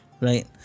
right